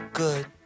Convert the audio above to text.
good